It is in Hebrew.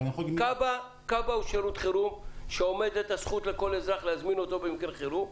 כב"ה הוא שירות חירום שעומדת הזכות לכל אזרח להזמין אותו במקרה חירום.